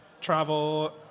travel